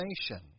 nation